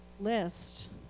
list